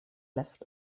left